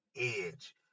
edge